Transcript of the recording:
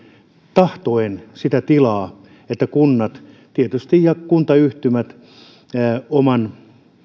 tahtoen sitä tilaa tietysti kunnat ja kuntayhtymät oman